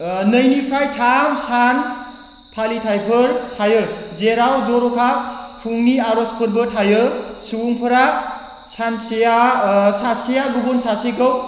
नै निफ्राय थाम सान फालिथायफोर थायो जेराव जर'खा फुंनि आरजफोरबो थायो सुबुंफोरा सासेआ सासेआ गुबुन सासेखौ